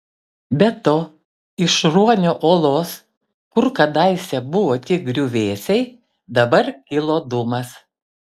be to iš ruonio uolos kur kadaise buvo tik griuvėsiai dabar kilo dūmas